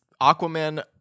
Aquaman